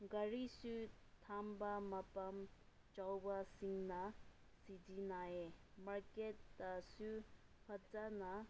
ꯒꯥꯔꯤꯁꯨ ꯊꯝꯕ ꯃꯐꯝ ꯆꯥꯎꯕꯁꯤꯡꯅ ꯁꯤꯖꯤꯟꯅꯩ ꯃꯥꯔꯀꯦꯠꯇꯁꯨ ꯐꯖꯅ